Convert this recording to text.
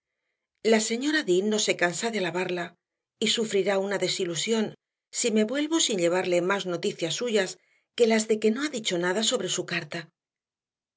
la señora dean no se cansa de alabarla y sufrirá una desilusión si me vuelvo sin llevarle más noticias suyas que las de que no ha dicho nada sobre su carta